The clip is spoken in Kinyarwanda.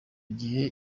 gihe